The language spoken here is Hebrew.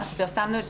אנחנו פרסמנו את